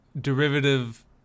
derivative